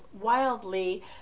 wildly